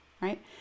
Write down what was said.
Right